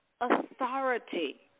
authority